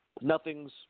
Nothing's